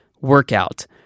workout